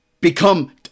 Become